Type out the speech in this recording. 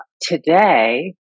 today